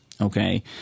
Okay